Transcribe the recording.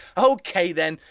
ok then.